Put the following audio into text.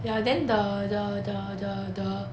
ya then the the the the the